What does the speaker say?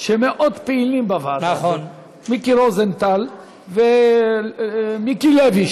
שמאוד פעילים בוועדה הזאת: מיקי רוזנטל ומיקי לוי,